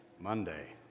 Monday